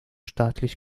staatlich